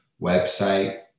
website